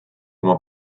oma